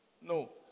No